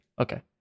Okay